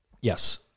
Yes